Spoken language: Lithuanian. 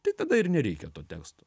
tai tada ir nereikia to teksto